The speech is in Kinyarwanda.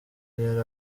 yari